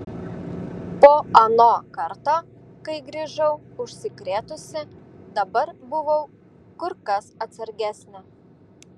po ano karto kai grįžau užsikrėtusi dabar buvau kur kas atsargesnė